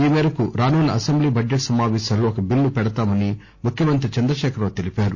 ఈ మేరకు రానున్న అసెంబ్లీ బడ్జెట్ సమాపేశాల్లో ఒక బిల్లు పెడతామని ముఖ్యమంత్రి చంద్రశేఖరరావు తెలిపారు